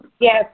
Yes